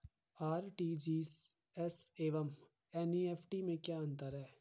RTGS एवं NEFT में क्या अंतर है?